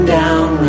down